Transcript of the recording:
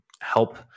help